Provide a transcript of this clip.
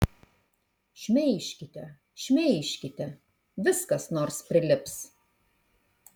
šmeižkite šmeižkite vis kas nors prilips